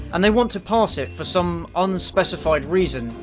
and they want to pass it for some unspecified reason,